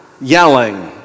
yelling